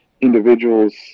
individuals